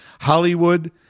Hollywood